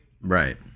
Right